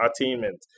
attainment